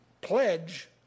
pledge